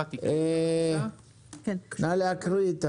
נא להקריא.